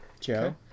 Joe